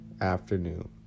afternoon